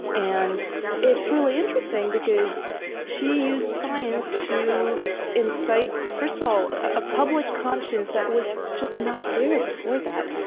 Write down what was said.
and and it's really interesting, because she used science to incite, first of all, a public conscience that was just not there before that.